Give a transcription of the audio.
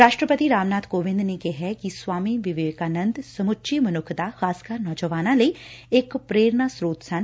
ਰਾਸ਼ਟਰਪਤੀ ਰਾਮ ਨਾਥ ਕੋਵਿੰਦ ਨੇ ਕਿਹੈ ਕਿ ਸਵਾਮੀ ਵਿਵੇਕਾਨੰਦ ਸਮੁੱਚੀ ਮਨੁੱਖਤਾ ਖ਼ਾਸਕਰ ਨੌਜਵਾਨਾਂ ਲਈ ਇਕ ਪ੍ਰੇਰਣਾ ਸਰੋਤ ਸਨ